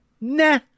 nah